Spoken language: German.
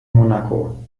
monaco